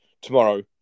tomorrow